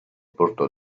portò